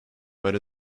but